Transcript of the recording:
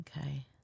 Okay